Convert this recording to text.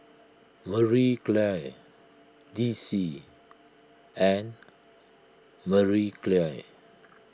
Marie Claire D C and Marie Claire